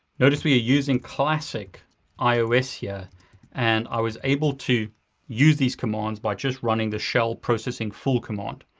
notice we are using classic ios here and i was able to use these commands by just running the shell processing full command.